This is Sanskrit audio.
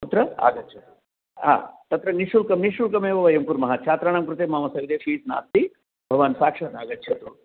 अत्र आगच्छतु तत्र निष्शुल्कं निष्शुल्कमेव वयं कुर्मः छात्राणां कृते मम सविधे फ़ीस् नास्ति भवान् साक्षात् आगच्छतु